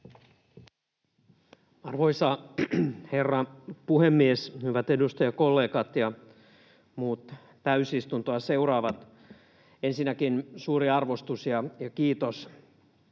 Arvoisa herra puhemies! Hyvät edustajakollegat ja muut täysistuntoa seuraavat! Ensinnäkin suuri arvostus ja kiitos